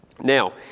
Now